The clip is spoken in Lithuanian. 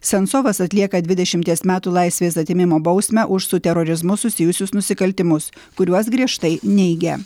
sensovas atlieka dvidešimties metų laisvės atėmimo bausmę už su terorizmu susijusius nusikaltimus kuriuos griežtai neigia